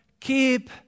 keep